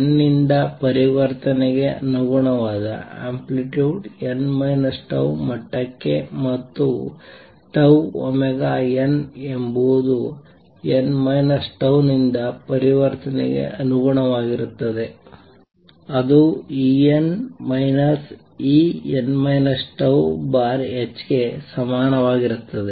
n ನಿಂದ ಪರಿವರ್ತನೆಗೆ ಅನುಗುಣವಾದ ಅಂಪ್ಲಿಕ್ಯೂಡ್ n τ ಮಟ್ಟಕ್ಕೆ ಮತ್ತು τωn ಎಂಬುದು n τನಿಂದ ಪರಿವರ್ತನೆಗೆ ಅನುಗುಣವಾಗಿರುತ್ತದೆ ಅದು En En τ ℏ ಗೆ ಸಮಾನವಾಗಿರುತ್ತದೆ